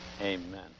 Amen